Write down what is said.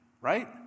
right